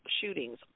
shootings